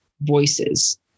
voices